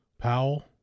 Powell